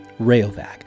Rayovac